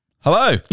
hello